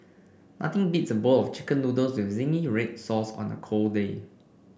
nothing beats a bowl of chicken noodles with zingy red sauce on a cold day